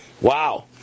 Wow